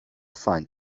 find